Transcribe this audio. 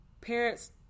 parents